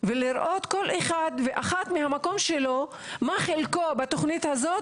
ולראות כל אחד ואחת מהמקום שלו מה חלקו בתכנית הזאת.